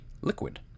liquid